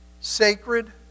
sacred